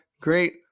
Great